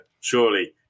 Surely